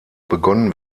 begonnen